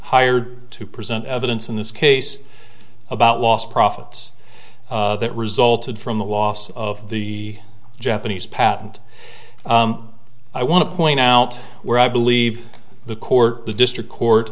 hired to present evidence in this case about lost profits that resulted from the loss of the japanese patent i want to point out where i believe the court the district court